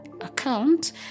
account